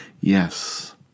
yes